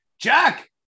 Jack